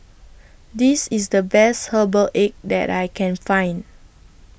This IS The Best Herbal Egg that I Can Find